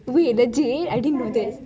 ~ I didnt know